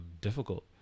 difficult